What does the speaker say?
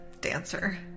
dancer